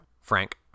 Frank